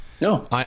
No